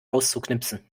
auszuknipsen